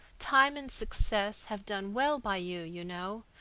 time and success have done well by you, you know.